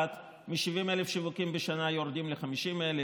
מ-70,000 שיווקים בשנה יורדים ל-50,000